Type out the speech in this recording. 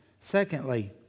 Secondly